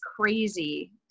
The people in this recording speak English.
crazy